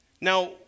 Now